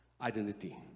identity